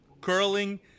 curling